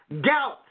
gout